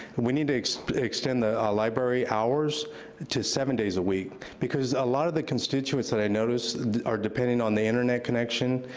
we need to extend the ah library hours to seven days a week, because a lot of the constituents that i notice are depending on the internet connection,